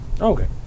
Okay